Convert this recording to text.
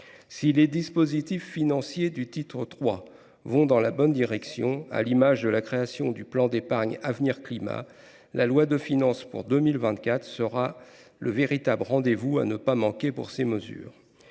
Si les dispositifs financiers du titre III vont dans la bonne direction, à l’image de la création du plan d’épargne avenir climat, le projet de loi de finances pour 2024 sera le véritable rendez-vous à ne pas manquer pour ces mesures.